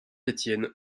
étienne